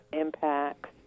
impacts